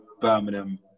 Birmingham